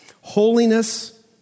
Holiness